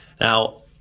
Now